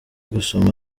gusoma